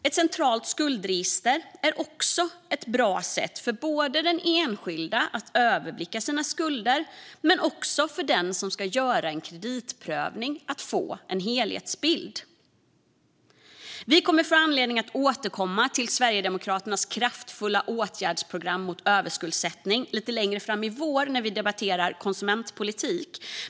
Ett centralt skuldregister är också ett bra sätt både för den enskilda att överblicka sina skulder men också för den som ska göra en kreditprövning att få en helhetsbild. Vi kommer att få anledning att återkomma till Sverigedemokraternas kraftfulla åtgärdsprogram mot överskuldsättning lite längre fram i vår när vi debatterar konsumentpolitik.